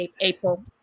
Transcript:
April